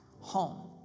home